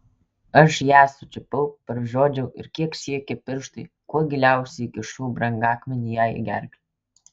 aš ją sučiupau pražiodžiau ir kiek siekė pirštai kuo giliausiai įkišau brangakmenį jai į gerklę